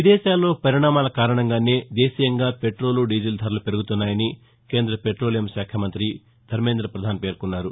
విదేశాల్లో పరిణామాల కారణంగానే దేశీయంగా పెట్రోలు డీజిల్ ధరలు పెరుగుతున్నాయని కేంద్ర పెట్రోలియంశాఖ మంత్రి ధర్నేంద్ర పధాన్ పేర్కొన్నారు